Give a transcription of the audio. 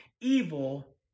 evil